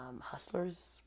Hustlers